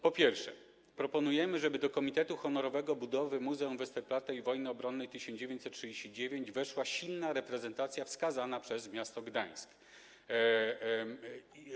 Po pierwsze, proponujemy, żeby do Komitetu Honorowego Budowy Muzeum Westerplatte i Wojny 1939 weszła silna reprezentacja wskazana przez miasto Gdańsk.